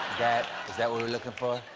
is that what we're looking for?